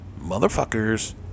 Motherfuckers